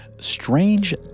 strange